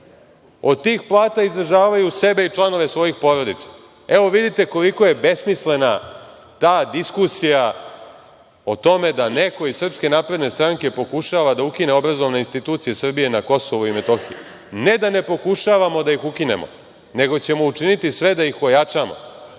od tih plata izdržavaju sebe i članove svojih porodica. Vidite kolika je besmislena ta diskusija o tome da neko iz SNS pokušava da ukine obrazovne institucije Srbije na Kosovu i Metohiji. Ne da ne pokušavamo da ih ukinemo, nego ćemo učiniti sve da ih ojačamo.